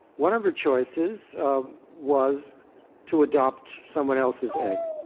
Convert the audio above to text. one of her choices was to adopt someone else's egg